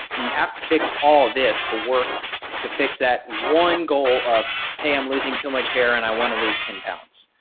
and you have to fix all this to work to fix that one goal of, hey i'm losing too much hair and i want to lose ten pounds.